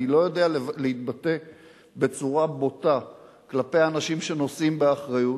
אני לא יודע להתבטא בצורה בוטה כלפי האנשים שנושאים באחריות,